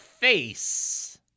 face